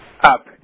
up